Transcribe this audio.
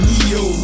Neo